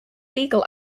legal